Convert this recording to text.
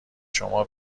شما